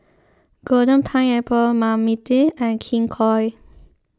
Golden Pineapple Marmite and King Koil